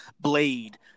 Blade